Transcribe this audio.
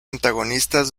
antagonistas